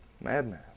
Madman